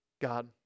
God